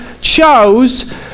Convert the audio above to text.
chose